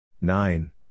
Nine